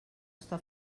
està